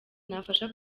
nafasha